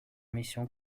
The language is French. mission